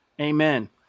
amen